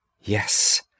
Yes